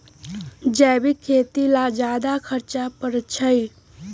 जैविक खेती ला ज्यादा खर्च पड़छई?